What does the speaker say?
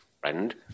friend